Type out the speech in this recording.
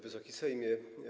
Wysoki Sejmie!